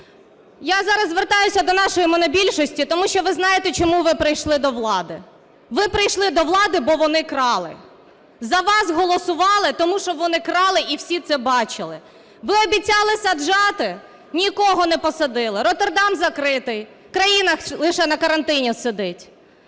Я зараз звертаюся до нашої монобільшості, тому що ви знаєте, чому ви прийшли до влади. Ви прийшли до влади, бо вони крали. За вас голосували, тому що вони крали і всі це бачили. Ви обіцяли саджати, нікого не посадили. "Роттердам" закритий. Країна лише на картині сидить.